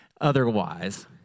otherwise